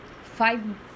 five